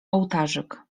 ołtarzyk